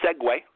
segue